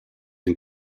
een